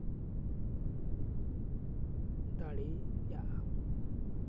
ᱫᱟᱲᱮᱭᱟᱜᱼᱟ